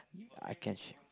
I can share